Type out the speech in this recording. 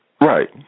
Right